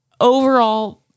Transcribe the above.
Overall-